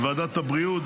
בוועדת הבריאות,